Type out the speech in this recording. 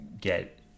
get